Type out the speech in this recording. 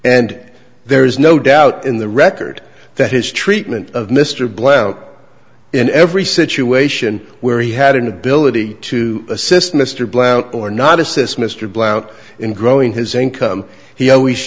and there is no doubt in the record that his treatment of mr blount in every situation where he had an ability to assist mr blount or not assist mr blount in growing his income he always